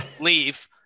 leave